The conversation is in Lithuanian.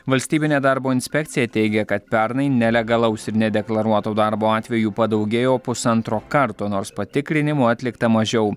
valstybinė darbo inspekcija teigia kad pernai nelegalaus ir nedeklaruoto darbo atvejų padaugėjo pusantro karto nors patikrinimų atlikta mažiau